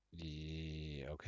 Okay